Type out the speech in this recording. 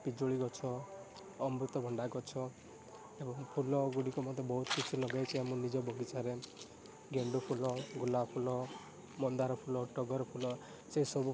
ପିଜୁଳି ଗଛ ଅମୃତଭଣ୍ଡା ଗଛ ଏବଂ ଫୁଲ ଗୁଡ଼ିକ ମଧ୍ୟ ବହୁତ କିଛି ଲଗାଇଛି ଆମ ନିଜ ବଗିଚାରେ ଗେଣ୍ଡୁ ଫୁଲ ଗୋଲାପ ଫୁଲ ମନ୍ଦାର ଫୁଲ ଟଗର ଫୁଲ ସେସବୁ